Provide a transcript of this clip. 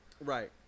Right